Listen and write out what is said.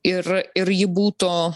ir ir ji būtų